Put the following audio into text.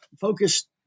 focused